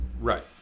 Right